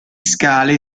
scale